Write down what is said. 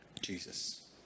Jesus